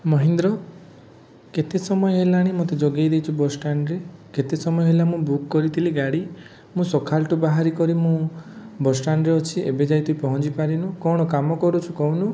ମହେନ୍ଦ୍ର କେତେ ସମୟ ହେଲାଣି ମୋତେ ଯଗାଇ ଦେଇଛୁ ବସ୍ଷ୍ଟାଣ୍ଡରେ କେତେ ସମୟ ହେଲା ମୁଁ ବୁକ୍ କରିଥିଲି ଗାଡ଼ି ମୁଁ ସକାଳ ଠୁ ବାହାରି କରି ମୁଁ ବସ୍ଷ୍ଟାଣ୍ଡରେ ଅଛି ଏବେ ଯାଏଁ ତୁଇ ପହଞ୍ଚିପାରିନୁ କ'ଣ କାମ କରୁଛୁ କହୁନୁ